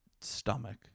stomach